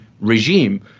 regime